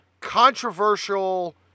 controversial